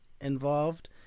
involved